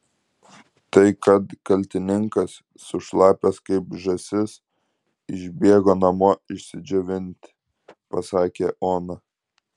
tai kad kaltininkas sušlapęs kaip žąsis išbėgo namo išsidžiovinti pasakė ona